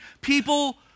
people